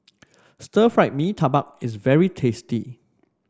Stir Fried Mee Tai Bak is very tasty